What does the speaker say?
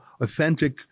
authentic